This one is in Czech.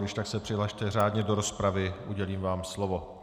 Když tak se přihlaste řádně do rozpravy, udělím vám slovo.